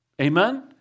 Amen